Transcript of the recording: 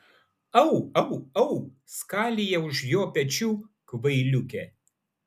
au au au skalija už jo pečių kvailiukė